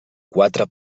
quatre